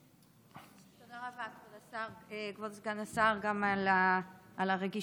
תודה רבה, כבוד סגן השר, גם על הרגישות.